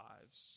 lives